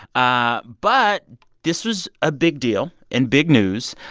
ah but this was a big deal and big news.